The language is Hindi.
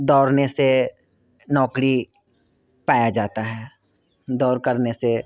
दौड़ने से नौकरी पाया जाता है दौड़ करने से